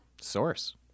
Source